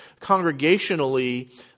congregationally